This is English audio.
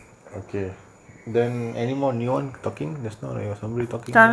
okay then anymore neon talking there's not a or somebody talking